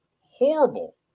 horrible